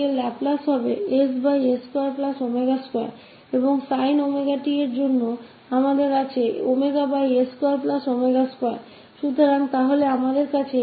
Laplace cos 𝜔𝑡 ss2w2 था और sin 𝜔𝑡 का था ws2w2